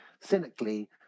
cynically